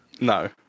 No